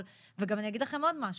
לא כתבנו מה יהיה הוראות המעבר.